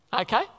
Okay